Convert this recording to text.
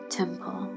temple